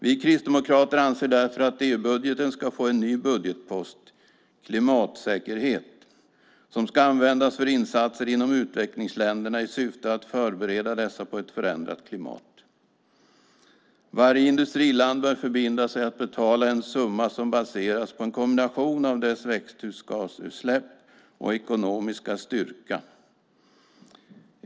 Vi kristdemokrater anser därför att EU-budgeten ska få en ny budgetpost, klimatsäkerhet, som ska användas för insatser inom utvecklingsländerna i syfte att förbereda dessa på ett förändrat klimat. Varje industriland bör förbinda sig att betala en summa som baseras på en kombination av dess växthusgasutsläpp och ekonomiska styrka.